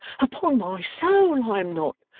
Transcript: upon my soul i am not.